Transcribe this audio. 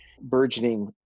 burgeoning